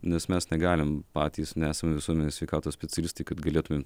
nes mes negalim patys nesam visuomenės sveikatos specialistai kad galėtumėm